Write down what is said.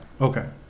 Okay